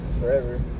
forever